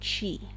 Chi